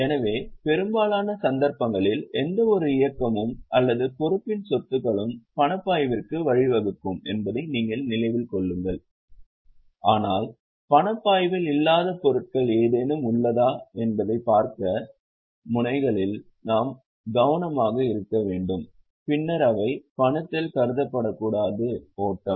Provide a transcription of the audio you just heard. எனவே பெரும்பாலான சந்தர்ப்பங்களில் எந்தவொரு இயக்கமும் அல்லது பொறுப்பின் சொத்துக்களும் பணப்பாய்விற்கு வழிவகுக்கும் என்பதை நினைவில் கொள்ளுங்கள் ஆனால் பணப்பாய்வில் இல்லாத பொருட்கள் ஏதேனும் உள்ளதா என்பதைப் பார்க்க முனைகளிலும் நாம் கவனமாக இருக்க வேண்டும் பின்னர் அவை பணத்தில் கருதப்படக்கூடாது ஓட்டம்